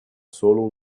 solo